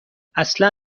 اصلا